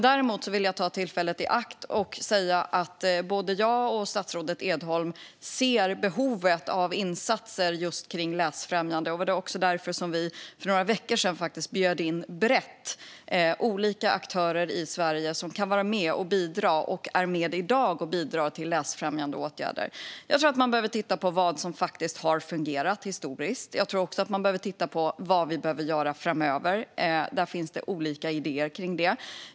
Däremot vill jag ta tillfället i akt och säga att både jag och statsrådet Edholm ser behovet av läsfrämjande insatser. Det var också därför vi för några veckor sedan brett bjöd in olika aktörer i Sverige som kan vara med och bidra och som i dag är med och bidrar till läsfrämjande åtgärder. Jag tror att man behöver titta på vad som faktiskt har fungerat historiskt. Jag tror att man också behöver titta på vad vi behöver göra framöver. Det finns det olika idéer om.